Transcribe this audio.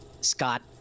Scott